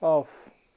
off